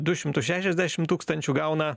du šimtus šešiasdešim tūkstančių gauna